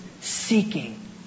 seeking